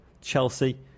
Chelsea